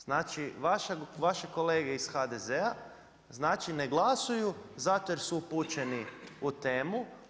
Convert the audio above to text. Znači vaše kolege iz HDZ-a znači ne glasuju zato jer su upućeni u temu.